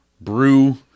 Brew